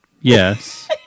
Yes